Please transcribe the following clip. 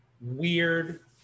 weird